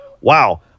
Wow